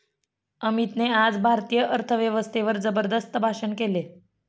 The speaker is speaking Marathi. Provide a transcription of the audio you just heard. अमितने आज भारतीय अर्थव्यवस्थेवर जबरदस्त भाषण केले